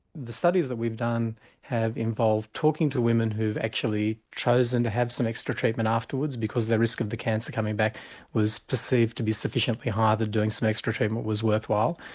the studies that we've done have involved talking to women who've actually chosen to have some extra treatment afterwards because the risk of the cancer coming back was perceived to be sufficiently higher that doing some extra treatment was worthwhile.